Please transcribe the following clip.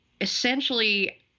essentially